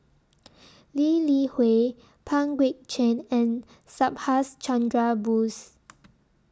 Lee Li Hui Pang Guek Cheng and Subhas Chandra Bose